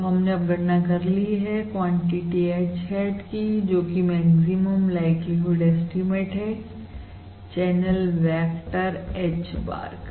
तो हमने अब गणना कर ली है क्वांटिटी H hat कि जो कि मैक्सिमम लाइक्लीहुड ऐस्टीमेट है चैनल वेक्टर H bar का